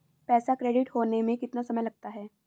पैसा क्रेडिट होने में कितना समय लगता है?